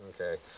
okay